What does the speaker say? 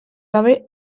gabe